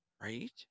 right